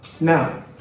Now